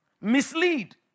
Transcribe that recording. mislead